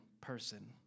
person